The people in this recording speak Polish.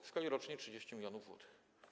W skali rocznej 30 mln zł.